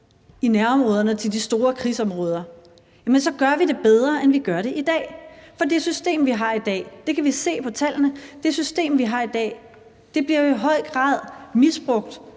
i nærområderne til de store krigsområder, så gør vi det bedre, end vi gør det i dag. For det system, vi har i dag – det kan vi se på tallene – bliver jo i høj grad misbrugt